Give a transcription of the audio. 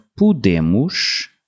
podemos